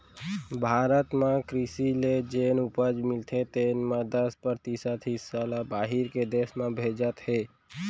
भारत म कृसि ले जेन उपज मिलथे तेन म दस परतिसत हिस्सा ल बाहिर के देस में भेजत हें